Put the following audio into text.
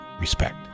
respect